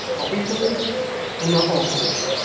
not before and not arterwards